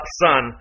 son